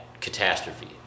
catastrophe